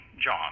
John